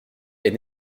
est